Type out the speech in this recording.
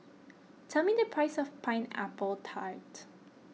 tell me the price of Pineapple Tart